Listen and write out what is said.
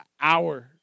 hour